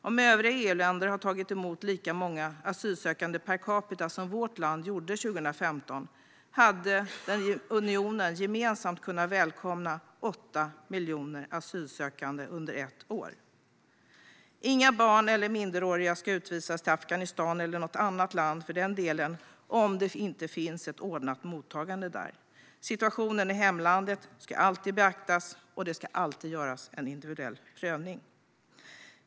Om övriga EU-länder hade tagit emot lika många asylsökande per capita som vårt land gjorde 2015 hade unionen gemensamt kunnat välkomna 8 miljoner asylsökande under ett år. Inga barn eller minderåriga ska utvisas till Afghanistan, eller för den delen till något annat land, om det inte finns ett ordnat mottagande där. Situationen i hemlandet ska alltid beaktas, och det ska alltid göras en individuell prövning.